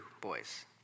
boys